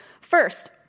First